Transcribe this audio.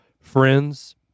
friends